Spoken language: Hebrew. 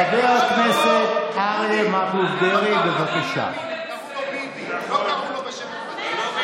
חבר הכנסת אמסלם, לא שאלתי אותך.